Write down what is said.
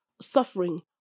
suffering